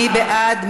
מי בעד?